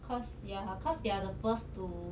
cause ya cause they're the first to